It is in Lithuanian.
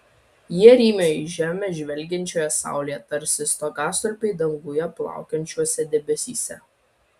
jie rymo į žemę žvelgiančioje saulėje tarsi stogastulpiai danguje plaukiančiuose debesyse